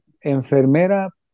enfermera